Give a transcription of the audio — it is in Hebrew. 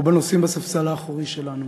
או בנוסעים בספסל האחורי שלנו.